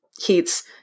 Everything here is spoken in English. heats